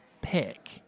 pick